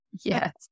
Yes